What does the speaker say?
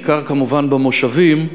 בעיקר כמובן במושבים,